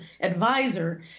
advisor